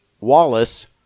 Wallace